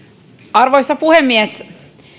arvoisa puhemies